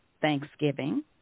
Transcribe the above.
Thanksgiving